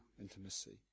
intimacy